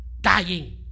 dying